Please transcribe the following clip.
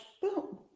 boom